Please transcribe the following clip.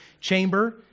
chamber